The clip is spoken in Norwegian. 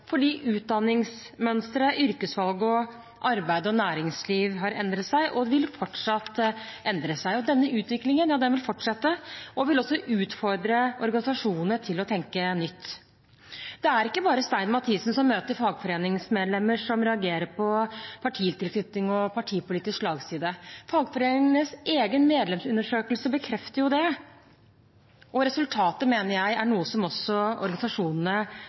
fordi utdanningsmønsteret, yrkesfag, arbeid og næringsliv har endret seg og vil fortsatt endre seg. Denne utviklingen vil fortsette og vil også utfordre organisasjonene til å tenke nytt. Det er ikke bare Bente Stein Mathisen som møter fagforeningsmedlemmer som reagerer på partitilknytning og partipolitisk slagside. Fagforeningenes egen medlemsundersøkelse bekrefter det, og resultatet, mener jeg, er noe som også organisasjonene